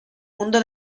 mundo